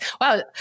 Wow